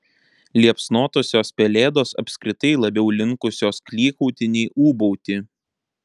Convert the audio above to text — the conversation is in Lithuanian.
liepsnotosios pelėdos apskritai labiau linkusios klykauti nei ūbauti